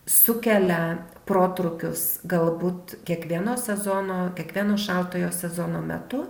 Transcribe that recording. sukelia protrūkius galbūt kiekvieno sezono kiekvieno šaltojo sezono metu